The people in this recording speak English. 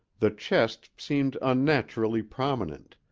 the chest seemed unnaturally prominent,